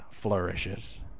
Flourishes